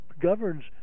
governs